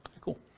Cool